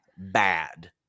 bad